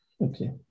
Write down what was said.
Okay